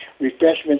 Refreshments